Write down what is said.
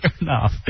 enough